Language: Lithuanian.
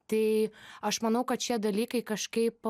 tai aš manau kad šie dalykai kažkaip